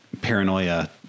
Paranoia